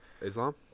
Islam